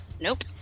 Nope